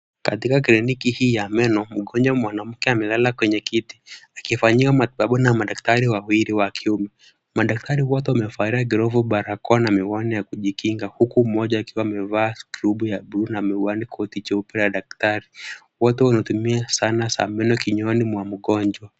Katika kliniki hii ya meno, mgonjwa mwanamke amelala kwenye kiti akifanyiwa matibabu na madaktari wawili wa kiume. Madaktari wote wamevalia glovu, barakoa na miwani ya kujikinga huku mmoja akiwa amevaa skrubu ya buluu na koti jeupe la daktari. Wote wanatumia sana za meno kinywani mwa mgonjwa.